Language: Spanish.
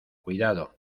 cuidado